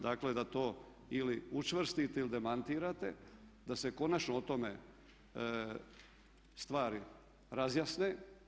Dakle da to ili učvrstite ili demantirate, da se konačno o tome stvari razjasne.